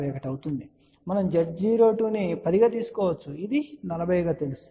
మనం Z02 ను 10 గా తీసుకోవచ్చు మరియు ఇది 40 గా తెలుస్తుంది